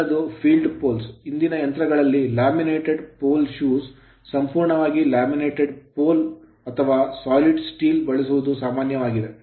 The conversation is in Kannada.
ಮುಂದಿನದು field poles ಕ್ಷೇತ್ರ ಪೋಲ್ಗಳು ಇಂದಿನ ಯಂತ್ರಗಳಲ್ಲಿ laminated pole shoes laminated pole ಶೂಗಳೊಂದಿಗೆ ಸಂಪೂರ್ಣವಾಗಿ laminated pole ಲ್ಯಾಮಿನೇಟೆಡ್ ಪೋಲ್ ಅಥವಾ solid steel ಘನ ಉಕ್ಕಿನ ಪೋಲ್ ಗಳನ್ನು ಬಳಸುವುದು ಸಾಮಾನ್ಯವಾಗಿದೆ